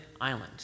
island